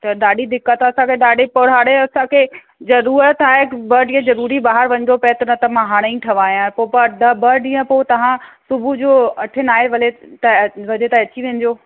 त ॾाढी दिक़त आहे असांखे ॾाढी पर हाणे असांखे ज़रूरत आहे ॿ ॾींहं ज़रूरी ॿाहिरि वञिणो पए न त मां हाणे ई ठहायां पोइ प ॿ ॾींहं पोइ तव्हां सुबुह जो अठे नवे भले त वजे ताईं अची वञिजो